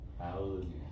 Amen